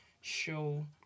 Show